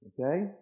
Okay